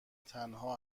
تنها